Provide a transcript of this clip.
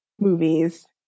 movies